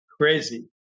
crazy